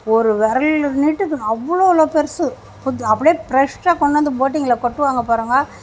ஒரு வெரலு நீட்டுக்கு அவ்ளோவ்ளோவு பெருசு கொஞ்சம் அப்படியே ப்ரெஷ்ஷா கொண்டு வந்து போட்டிங்கில் கொட்டுவாங்க பாருங்க